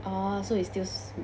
oh so is still